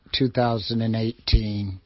2018